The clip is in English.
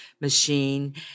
machine